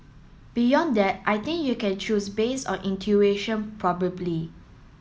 beyond that I think you can choose based on intuition probably